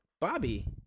Bobby